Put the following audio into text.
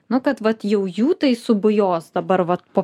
nu kad vat jau jų tai subujos dabar vat po